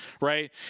right